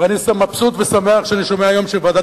ואני מבסוט ושמח כשאני שומע היום שוועדת